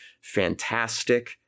fantastic